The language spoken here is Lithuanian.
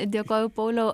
dėkoju pauliau